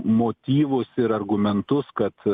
motyvus ir argumentus kad